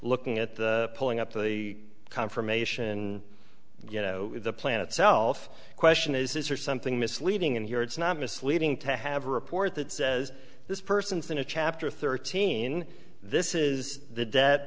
looking at pulling up the confirmation you know the plan itself question is is there something misleading in here it's not misleading to have a report that says this person's in a chapter thirteen this is the debt